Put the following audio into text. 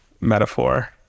metaphor